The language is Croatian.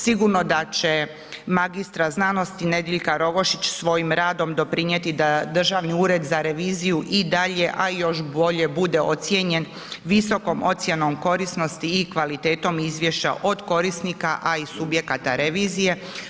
Sigurno da će magistra znanosti Nediljka Rogošić svojim radom doprinijeti da Državni ured za reviziju i dalje a i još bolje bude ocijenjen visokom ocjenom korisnosti i kvalitetom izvješća od korisnika a i subjekata revizije.